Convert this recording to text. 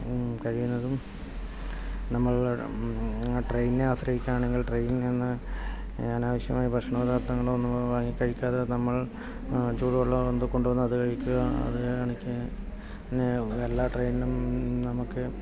കഴിയുന്നതും നമ്മൾ ട്രെയിനെ ആശ്രയിക്കുകയാണെങ്കിൽ ട്രെയിനിൽ നിന്ന് അനാവശ്യമായ ഭക്ഷണപദാർത്ഥങ്ങളൊന്നും വാങ്ങി കഴിക്കാതെ നമ്മൾ ചൂടുവെള്ളം കൊണ്ടുപോകുന്ന അത് കഴിക്കുക അത് കണക്കിന് എല്ലാ ട്രെയിനും നമുക്ക്